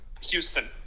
Houston